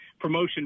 promotion